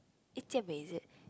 eh Jian-Wei is it